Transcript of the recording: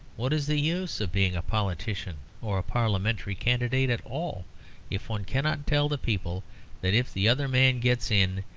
what is the use of being a politician or a parliamentary candidate at all if one cannot tell the people that if the other man gets in,